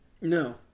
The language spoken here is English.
No